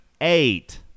eight